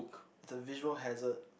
it's a visual hazard